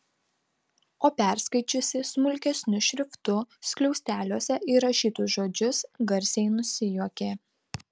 o perskaičiusi smulkesniu šriftu skliausteliuose įrašytus žodžius garsiai nusijuokė